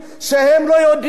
שהם לא יודעים,